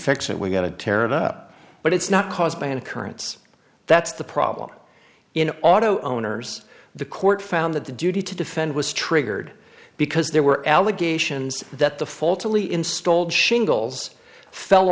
fix it we got to tear it up but it's not caused by an occurrence that's the problem in auto owners the court found that the duty to defend was triggered because there were allegations that the fault only installed shingles fell